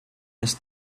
ist